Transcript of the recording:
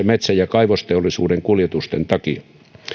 metsä ja kaivosteollisuuden kuljetusten takia